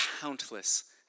countless